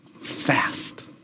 fast